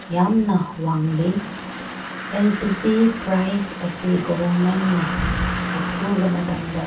ꯌꯥꯝꯅ ꯋꯥꯡꯂꯤ L P G price ꯑꯁꯤ ꯒꯣꯕꯔꯃꯦꯟꯅ ꯑꯊꯨꯕ ꯃꯇꯝꯗ